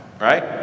right